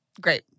Great